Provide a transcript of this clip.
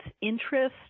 interest